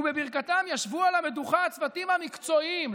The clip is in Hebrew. ובברכתם ישבו על המדוכה הצוותים המקצועיים,